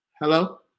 hello